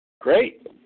Great